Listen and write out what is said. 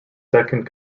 second